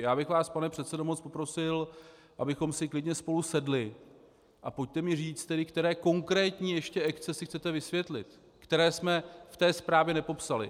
Já bych vás, pane předsedo, moc poprosil, abychom si klidně spolu sedli, a pojďte mi říct, které konkrétní ještě excesy chcete vysvětlit, které jsme v té zprávě nepopsali.